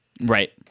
right